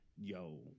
Yo